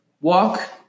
walk